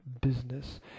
business